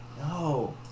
No